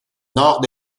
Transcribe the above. nord